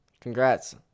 Congrats